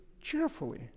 cheerfully